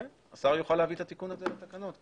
השר יוכל להביא את התיקון הזה לתקנות,